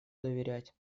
доверять